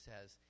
says